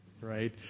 right